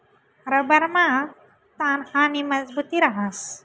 रबरमा ताण आणि मजबुती रहास